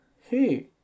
hey